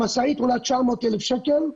המשאית עולה 900,000 שקל.